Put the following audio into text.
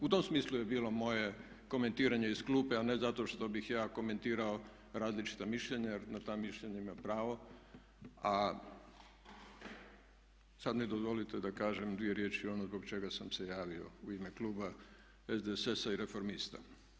U tom smislu je bilo moje komentiranje iz klupe a ne zato što bih ja komentirao različita mišljenja jer na ta mišljenja imam pravo, a sad mi dozvolite da kažem dvije riječi ono zbog čega sam se javio u ime kluba SDSS-a i Reformista.